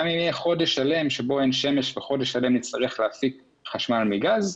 גם אם יהיה חודש שלם בו אין שמש וחודש שלם נצטרך להפיק חשמל מגז,